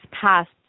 passed